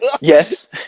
yes